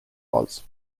was